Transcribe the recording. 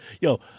Yo